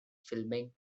filming